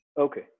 Okay